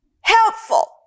Helpful